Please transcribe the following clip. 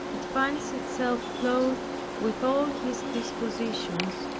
it finds itself clothed with all his dispositions.